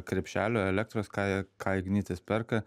krepšelio elektros ką ką ignitis perka